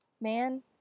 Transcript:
man